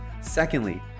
Secondly